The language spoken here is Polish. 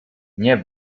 nie